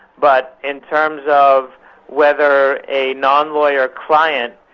but in terms of whether a non-lawyer client,